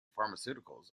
pharmaceuticals